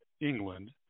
England